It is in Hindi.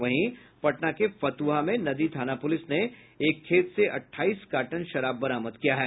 वहीं पटना के फतुहा में नदी थाना पुलिस ने एक खेत से अठाइस कार्टन शराब बरामद किया है